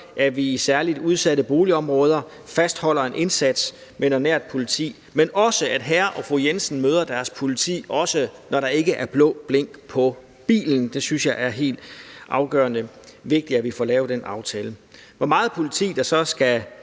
at vi i særlig udsatte boligområder fastholder en indsats med noget nært politi, men også at hr. og fru Jensen møder deres politi, også når der ikke er blå blink på bilen. Jeg synes, det er helt afgørende vigtigt, at vi får lavet den aftale. Hvor meget politiet der så skal